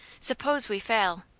suppose we fail?